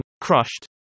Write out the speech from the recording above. Crushed